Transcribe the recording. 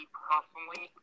personally